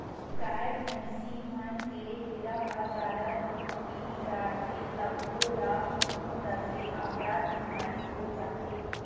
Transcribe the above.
गाय भइसी मन के पिला ह जादा दूद पीय डारथे तभो ल कोनो दफे अफरा बेमारी हो जाथे